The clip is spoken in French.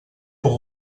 pour